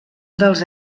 dels